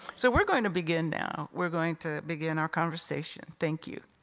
so we're going to begin now. we're going to begin our conversation. thank you.